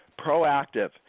proactive